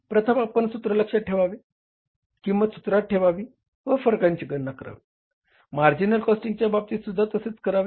प्रथम आपण सूत्र लक्षात ठेवावे किंमती सूत्रात ठेवावी व फरकांची गणना करावी मार्जिनल कॉस्टिंगच्या बाबतीतसुद्धा तसेच करावे